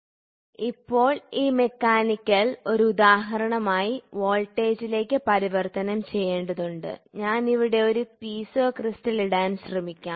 അതിനാൽ ഇപ്പോൾ ഈ മെക്കാനിക്കൽ ഒരു ഉദാഹരണമായി വോൾട്ടേജിലേക്ക് പരിവർത്തനം ചെയ്യേണ്ടതുണ്ട് ഞാൻ ഇവിടെ ഒരു പീസോ ക്രിസ്റ്റൽ ഇടാൻ ശ്രമിക്കാം